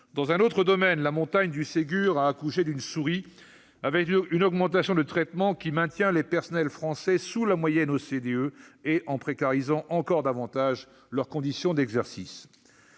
Dans un autre domaine, la montagne du Ségur a accouché d'une souris avec une augmentation du revenu des soignants, qui maintient les personnels français sous la moyenne de l'OCDE et qui précarise encore davantage les conditions d'exercice